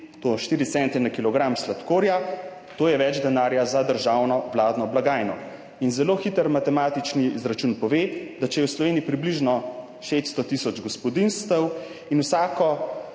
to 4 cente na kilogram sladkorja, to je več denarja za državno vladno blagajno. Zelo hiter matematični izračun pove, da če je v Sloveniji približno 600 tisoč gospodinjstev in vsako